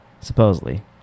supposedly